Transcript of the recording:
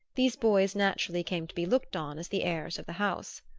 these boys naturally came to be looked on as the heirs of the house.